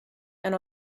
and